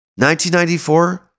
1994